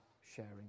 sharing